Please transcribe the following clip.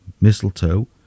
mistletoe